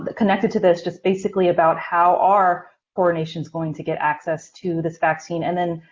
but connected to this just basically about how are poor nations going to get access to this vaccine? and then,